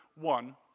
One